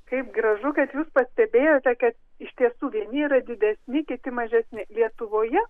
kaip gražu kad jūs pastebėjote kad iš tiesų vieni yra didesni kiti mažesni lietuvoje